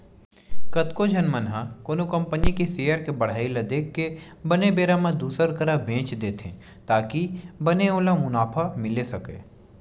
कतको झन मन ह कोनो कंपनी के सेयर के बड़हई ल देख के बने बेरा म दुसर करा बेंच देथे ताकि बने ओला मुनाफा मिले सकय